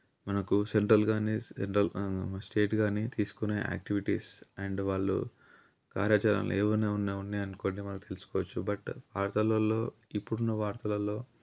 మనకు సెంట్రల్ కానీ central state కానీ తీసుకునే యాక్టివిటీస్ అండ్ వాళ్ళు కార్యాచరణలో ఏమన్నా ఉన్నాయి అనుకోండి వాళ్ళు తెలుసుకోవచ్చు బట్ వార్తలలో ఇప్పుడు ఉన్న వార్తలలో